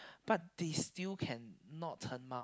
but they still can not turn up